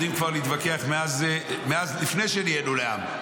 יודעים להתווכח עוד לפני שנהיינו לעם,